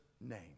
name